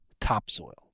topsoil